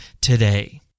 today